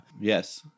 Yes